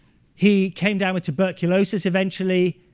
he came down with tuberculosis, eventually.